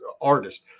artist